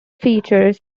features